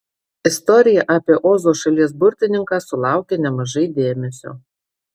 istorija apie ozo šalies burtininką sulaukia nemažai dėmesio